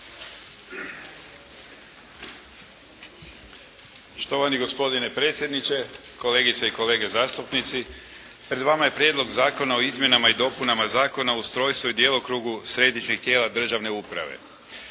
Štovani gospodine predsjedniče, kolegice i kolege zastupnici. Pred vama je Prijedlog Zakona o izmjenama i dopunama Zakona o ustrojstvu i djelokrugu središnjih tijela državne uprave.